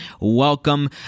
welcome